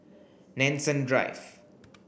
Nanson Drive